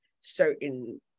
certain